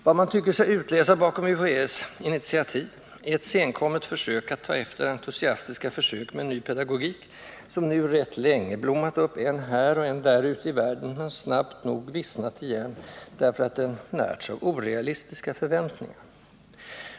Vad man tycker sig utläsa bakom UHÄ:s initiativ är ett senkommet försök att ta efter entusiastiska försök med en ny pedgogik, soin nu rätt länge blommat upp än här, än där ute i världen men snabbt nog vissnat igen, därför att den närts av orealistiska förväntningar.